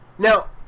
Now